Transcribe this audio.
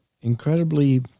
incredibly